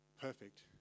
Perfect